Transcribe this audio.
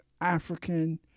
African